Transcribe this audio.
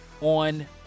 on